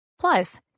Plus